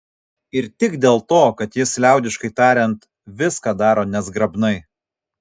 ir tik dėl to kad jis liaudiškai tariant viską daro nezgrabnai